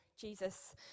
Jesus